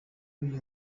rw’iyi